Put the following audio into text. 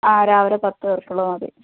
അ രാവിലെ പത്ത് പേർക്കുള്ളത് മതി